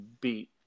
beat